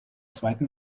zweiten